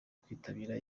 kwitabira